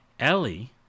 Ellie